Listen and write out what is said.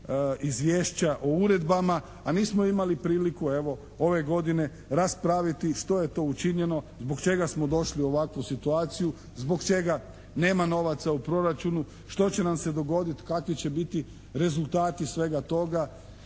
izvješća o uredbama, a nismo imali priliku evo ove godine raspraviti što je to učinjeno? Zbog čega smo došli u ovakvu situaciju? Zbog čega nema novaca u Proračunu? Što će nam se dogoditi? Kakvi će biti rezultati svega toga?